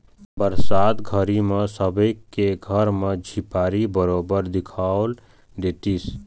बरसात घरी म सबे के घर म झिपारी बरोबर दिखउल देतिस